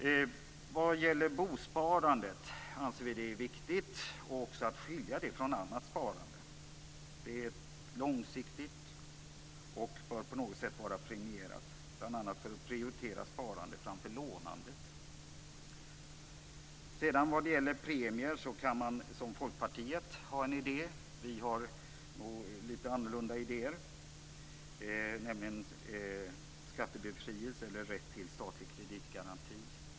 Vi anser att bosparandet är viktigt och att också skilja det från annat sparande. Det är ett långsiktigt sparande som på något sätt bör premieras, bl.a. för att prioritera sparandet framför lånandet. Vad gäller premier har Folkpartiet en idé. Vi har nog litet annorlunda idéer, nämligen att premierna skall vara skattebefrielse eller rätt till statlig kreditgaranti.